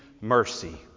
mercy